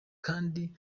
kandi